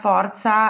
Forza